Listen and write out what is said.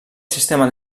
sistema